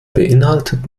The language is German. beinhaltet